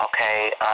okay